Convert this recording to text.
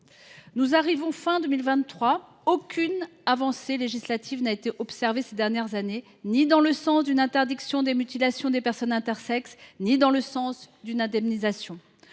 Nous arrivons fin 2023 et aucune avancée législative n’a été observée, ni dans le sens d’une interdiction des mutilations des personnes intersexes ni dans le sens d’une indemnisation.